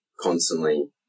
constantly